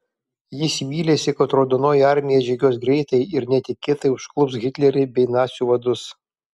jis vylėsi kad raudonoji armija atžygiuos greitai ir netikėtai užklups hitlerį bei nacių vadus